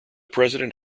president